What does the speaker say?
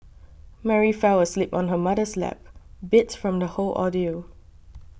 Mary fell asleep on her mother's lap beat from the whole ordeal